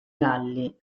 galli